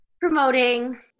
promoting